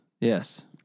Yes